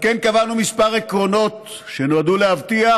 על כן, קבענו כמה עקרונות שנועדו להבטיח